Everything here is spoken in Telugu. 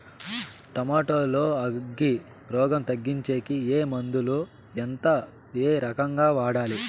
టమోటా లో అగ్గి రోగం తగ్గించేకి ఏ మందులు? ఎంత? ఏ రకంగా వాడాలి?